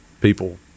people